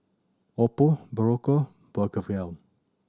Oppo Berocca Blephagel